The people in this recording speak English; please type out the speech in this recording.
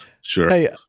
Sure